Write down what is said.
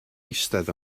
eistedd